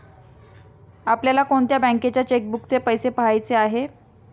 आपल्याला कोणत्या बँकेच्या चेकबुकचे पैसे पहायचे आहे?